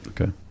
Okay